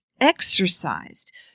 exercised